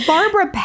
Barbara